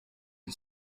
gli